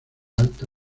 alta